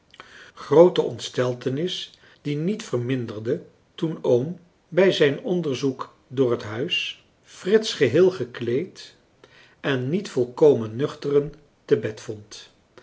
groote ontsteltenis die niet verminderde toen oom bij zijn onderzoek door het huis frits geheel gekleed en niet volkomen nuchteren te bed vond